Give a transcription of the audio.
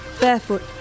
Barefoot